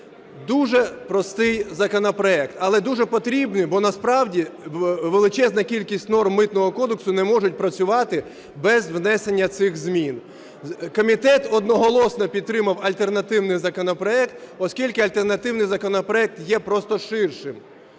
Дуже простий законопроект, але дуже потрібний, бо насправді величезна кількість норм Митного кодексу не можуть працювати без внесення цих змін. Комітет одноголосно підтримав альтернативний законопроект, оскільки альтернативний законопроект є просто ширшим.